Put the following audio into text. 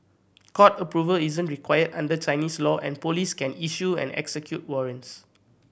court approval isn't required under Chinese law and police can issue and execute warrants